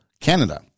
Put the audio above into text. Canada